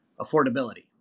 affordability